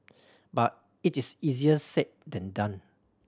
but it is easier said than done